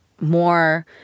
more